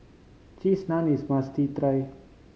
Cheese Naan is a must try